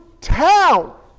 town